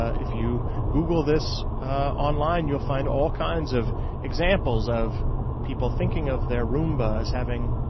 if you google this online, you'll find all kinds of examples of people thinking of their roombas as having,